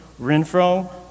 Renfro